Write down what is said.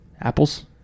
Apples